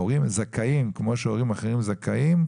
כמו שהורים אחרים זכאים,